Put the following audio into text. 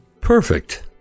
Perfect